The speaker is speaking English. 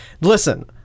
listen